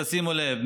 תשימו לב,